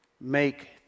Make